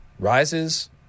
Rises